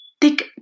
thick